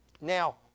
Now